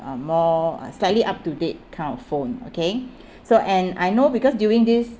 uh more uh slightly up to date kind of phone okay so and I know because during this